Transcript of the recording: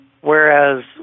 Whereas